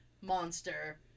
monster